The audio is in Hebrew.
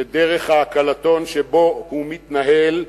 שדרך העקלתון שבה הוא מתנהל,